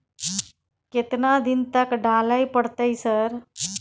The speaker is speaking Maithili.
केतना दिन तक डालय परतै सर?